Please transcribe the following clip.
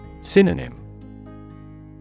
Synonym